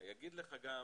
יגיד לך גם